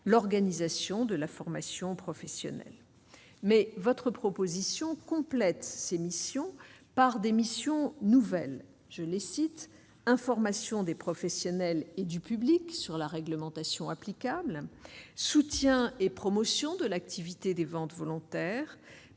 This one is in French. l'organisation de la formation professionnelle, mais votre proposition complète ses missions par des missions nouvelles, je les cite, information des professionnels et du public sur la réglementation applicable soutien et promotion de l'activité des ventes volontaires